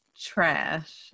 trash